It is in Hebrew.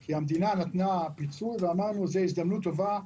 כי המדינה נתנה פיצוי ואמרנו שזו הזדמנות טובה.